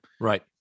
right